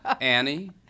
Annie